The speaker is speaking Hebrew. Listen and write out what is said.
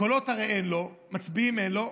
קולות הרי אין לו, מצביעים אין לו,